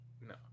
no